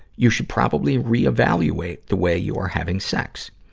you should probably re-evaluate the way you are having sex.